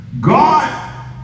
God